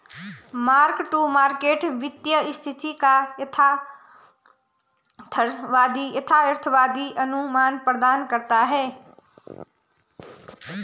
mark to market वित्तीय स्थिति का यथार्थवादी अनुमान प्रदान करता है